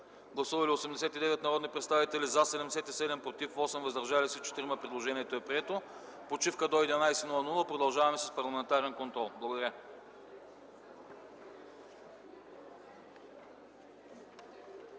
Гласували 89 народни представители: за 77, против 8, въздържали се 4. Предложението е прието. Почивка до 11,00 ч. Продължаваме с Парламентарен контрол. Благодаря.